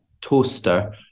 toaster